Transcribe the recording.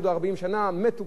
מתו כל הדור ההוא,